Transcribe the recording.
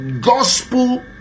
gospel